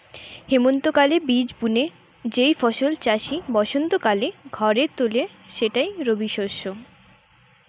হেমন্তকালে বীজ বুনে যেই ফসল চাষি বসন্তকালে ঘরে তুলে সেটাই রবিশস্য